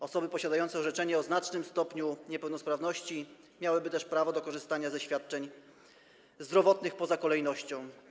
Osoby posiadające orzeczenie o znacznym stopniu niepełnosprawności miałyby też prawo do korzystania ze świadczeń zdrowotnych poza kolejnością.